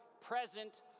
present